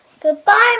Goodbye